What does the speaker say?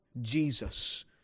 Jesus